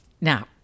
Now